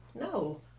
No